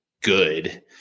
good